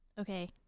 Okay